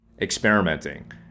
experimenting